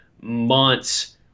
months